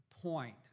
point